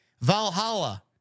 Valhalla